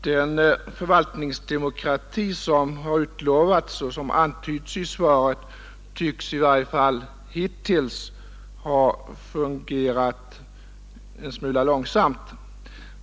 Den förvaltningsdemokrati som har utlovats och som antytts i svaret tycks i varje fall hittills ha fungerat en smula långsamt.